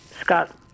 Scott